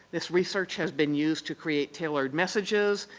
this research has been used to create tailored messages,